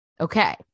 okay